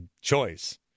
choice